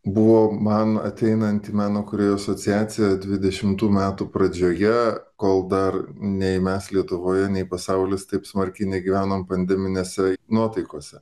buvo man ateinant į meno kūrėjų asociaciją dvidešimtų metų pradžioje kol dar nei mes lietuvoje nei pasaulis taip smarkiai negyvenom pandeminėse nuotaikose